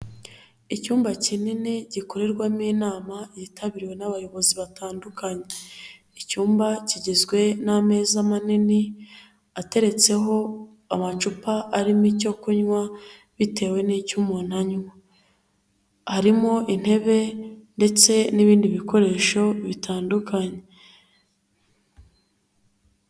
Icyumba kinini gikorerwamo inama yitabiriwe n'abayobozi batandukanye, icyumba kigizwe n'ameza manini ateretseho amacupa arimo icyo kunywa, bitewe n'icyo umuntu anywa harimo intebe ndetse n'ibindi bikoresho bitandukanye.